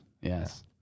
yes